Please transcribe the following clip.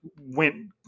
went